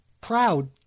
proud